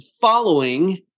following